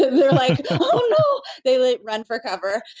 they're like, oh, no. they like run for cover.